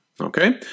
Okay